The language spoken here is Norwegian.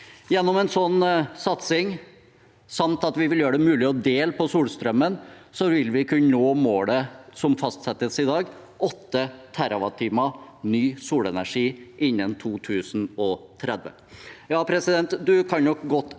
Gjennom en sånn satsing samt at vi vil gjøre det mulig å dele på solstrømmen, vil vi kunne nå målet som fastsettes i dag: 8 TWh ny solenergi innen 2030.